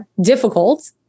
difficult